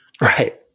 Right